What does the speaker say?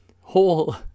whole